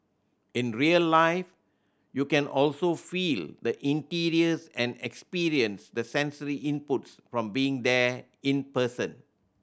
in real life you can also feel the interiors and experience the sensory inputs from being there in person